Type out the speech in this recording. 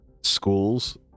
schools